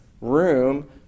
room